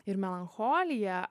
ir melancholija